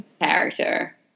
character